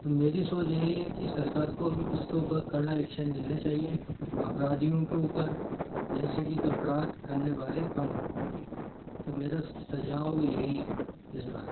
तो मेरी सोच यही है कि सरकार को इसको ऊपर कड़ा ऐक्शन लेना चाहिए अपराधियों के ऊपर जिससे कि अपराध करने वाले कम हों तो मेरा सुझाव यही है इस बारे में